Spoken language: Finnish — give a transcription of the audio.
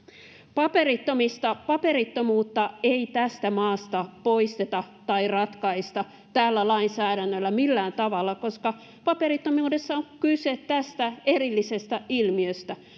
paperittomista paperittomuutta ei tästä maasta poisteta tai ratkaista tällä lainsäädännöllä millään tavalla koska paperittomuudessa on kyse tästä erillisestä ilmiöstä